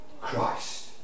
Christ